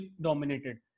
dominated